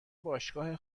باشگاه